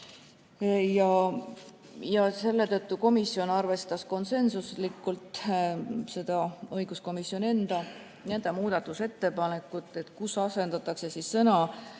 ja selle tõttu komisjon arvestas konsensuslikult seda õiguskomisjoni enda muudatusettepanekut, [millega asendatakse] sõna